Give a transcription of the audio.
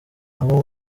abo